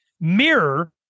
mirror